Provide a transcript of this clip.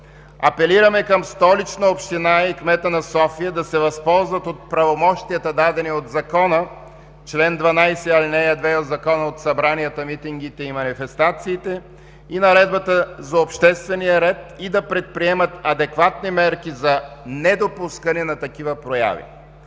Апелираме към Столична община и кмета на София да се възползват от правомощията, дадени от Закона – чл. 12, ал. 2 от Закона за събранията, митингите и манифестациите, и Наредбата за обществения ред и да предприемат адекватни мерки за недопускане на такива прояви.